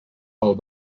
pel